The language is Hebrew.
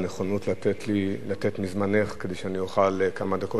תודה רבה על הנכונות לתת מזמנך כדי שאני אוכל לדבר כמה דקות.